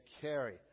carry